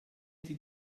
die